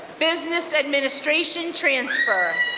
business administration transfer.